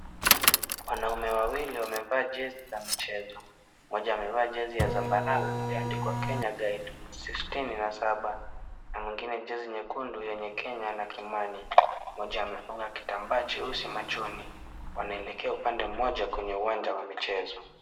Wanaume wawili wamevaa jezi za michezo. Mmoja amevaa jezi ya zambarau iliyoandikwa KENYA GUIDE 67 na mwingine jezi nyekundu yenye KENYA na KIMANI . Mmoja amefunga kitambaa cheusi machoni, wanaelekea upande mmoja kwenye uwanja wa michezo.